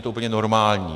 Je to úplně normální.